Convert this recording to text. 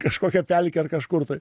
kažkokią pelkę ar kažkur tai